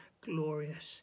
glorious